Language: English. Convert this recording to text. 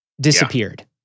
disappeared